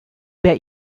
bet